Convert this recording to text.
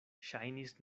ŝajnis